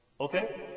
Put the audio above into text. Okay